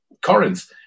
Corinth